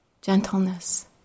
gentleness